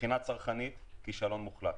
אבל מבחינה צרכנית כישלון מוחלט,